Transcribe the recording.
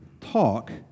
talk